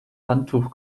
handtuch